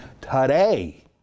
today